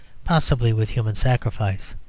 possibly with human sacrifice.